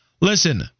Listen